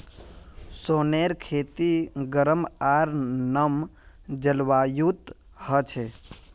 सोनेर खेती गरम आर नम जलवायुत ह छे